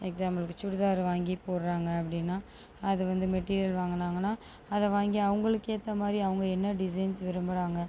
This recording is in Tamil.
எக்ஸாம்பிளுக்கு சுடிதார் வாங்கி போடுறாங்க அப்படின்னா அது வந்து மெட்டீரியல் வாங்குனாங்கன்னா அதை வாங்கி அவங்களுக்கு ஏற்ற மாதிரி அவங்க என்ன டிசைன்ஸ் விரும்புகிறாங்க